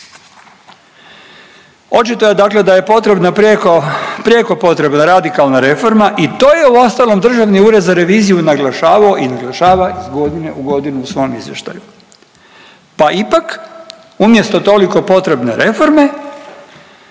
Očito je dakle da je potrebna prijeko, prijeko potrebna radikalna reforma i to je uostalom Državni ured za reviziju i naglašavao i naglašava iz godine u godinu u svom izvještaju. Pa ipak umjesto toliko potrebne reforme